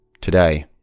Today